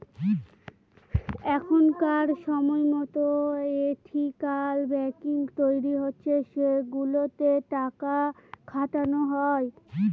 এখনকার সময়তো ethical banking তৈরী হচ্ছে সেগুলোতে টাকা খাটানো হয়